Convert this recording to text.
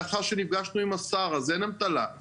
יש לנו שעתיים מאוד עמוסות עם שלל נושאים על הכוונת.